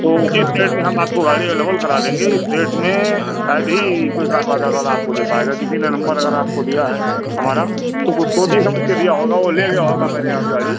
तो जिस रेट में हम आपको गाड़ी अवलेबल करा देंगे इस रेट में शायद ही कोई कार बाज़ार वाला आपको दे पाएगा किसी ने नम्बर अगर आपको दिया है हमारा तो कुछ सोच ही समझकर दिया होगा वह ले गया होगा मेरे यहाँ से गाड़ी